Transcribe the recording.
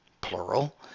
plural